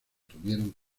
tuvieron